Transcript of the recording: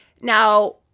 Now